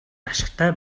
ашигтай